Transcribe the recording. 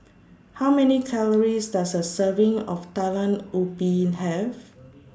How Many Calories Does A Serving of Talam Ubi Have